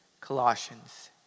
Colossians